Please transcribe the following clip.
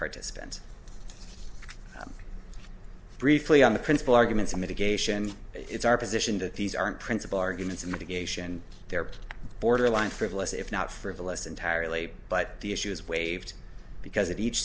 participant briefly on the principal arguments in mitigation it's our position that these aren't principal arguments in medication they're borderline frivolous if not frivolous entirely but the issue is waived because of each